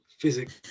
Physics